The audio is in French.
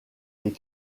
les